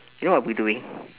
you know what I would be doing